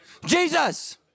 Jesus